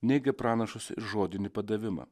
netgi pranašus žodinį padavimą